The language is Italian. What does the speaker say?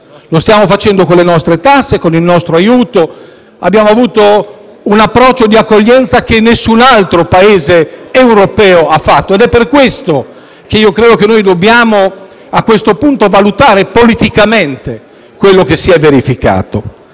Lo stiamo facendo con le nostre tasse e con il nostro aiuto; abbiamo avuto un approccio di accoglienza che nessun altro Paese europeo ha avuto. Ed è per questo che io credo che noi dobbiamo a questo punto valutare politicamente quanto si è verificato.